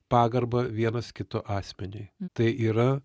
pagarbą vienas kito asmeniui tai yra